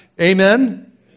Amen